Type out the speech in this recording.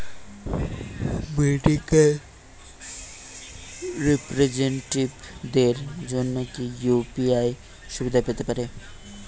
Medical রিপ্রেজন্টেটিভদের জন্য কি ইউ.পি.আই সুবিধা পেতে পারে?